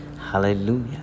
Hallelujah